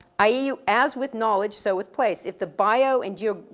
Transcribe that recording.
i e, as with knowledge, so with place. if the bio, and geog,